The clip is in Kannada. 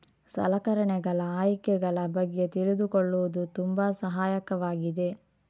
ಸಲಕರಣೆಗಳ ಆಯ್ಕೆಗಳ ಬಗ್ಗೆ ತಿಳಿದುಕೊಳ್ಳುವುದು ತುಂಬಾ ಸಹಾಯಕವಾಗಿದೆ